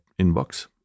inbox